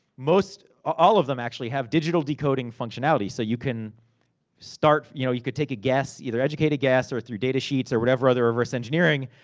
most, all of them actually, have digital decoding functionality. so you can start. you know, you can take a guess. either educated guess or through data sheets, or whatever other reverse engineering,